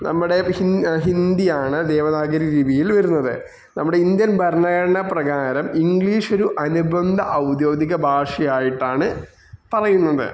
നമ്മുടെ ഹിന്ദിയാണ് ദേവനാഗരി ലിപിയിൽ വരുന്നത് നമ്മുടെ ഇന്ത്യൻ ഭരണഘടനാ പ്രകാരം ഇംഗ്ലീഷ് ഒരു അനുബന്ധ ഔദ്യോഗിക ഭാഷയായിട്ടാണ് പറയുന്നത്